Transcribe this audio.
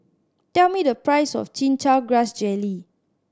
tell me the price of Chin Chow Grass Jelly